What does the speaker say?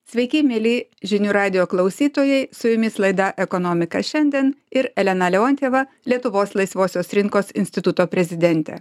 sveiki mieli žinių radijo klausytojai su jumis laida ekonomika šiandien ir elena leontjeva lietuvos laisvosios rinkos instituto prezidentė